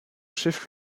chef